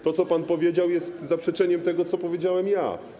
To, co pan powiedział, jest zaprzeczeniem tego, co powiedziałem ja.